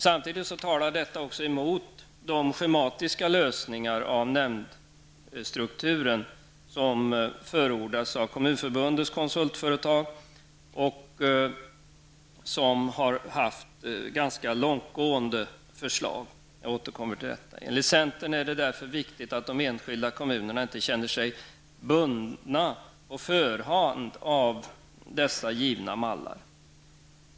Samtidigt talar detta också emot de schematiska lösningar av nämndstrukturen som förordas av Kommunförbundets konsultföretag, som har haft ganska långtgående förslag. Jag återkommer till detta. Enligt centern är det därför viktigt att de enskilda kommunerna inte känner sig bundna på förhand av dessa givna mallar.